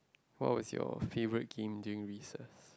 what was your favourite game during recess